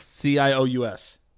C-I-O-U-S